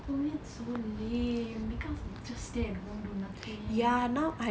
COVID is so lame because you just stay at home do nothing